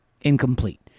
Incomplete